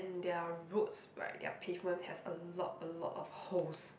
their roads right their pavement has a lot a lot of holes